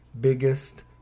biggest